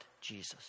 Jesus